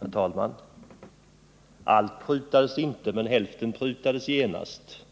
Herr talman! Allt prutades inte, men hälften prutades genast.